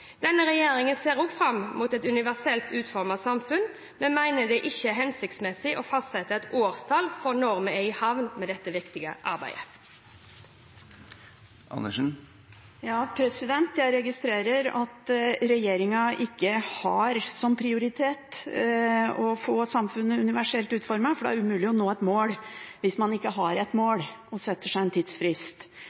Denne regjeringen ser også fram mot et universelt utformet samfunn, men mener det ikke er hensiktsmessig å fastsette et årstall for når vi er i havn med dette viktige arbeidet. Jeg registrerer at regjeringen ikke har som prioritet å få samfunnet universelt utformet, for det er umulig å nå et mål hvis man ikke har et mål og setter en tidsfrist.